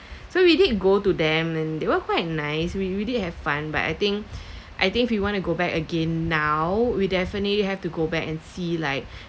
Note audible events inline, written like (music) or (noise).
so we did go to them and they were quite nice we really had fun but I think (breath) I think if you want to go back again now we definitely have to go back and see like (breath)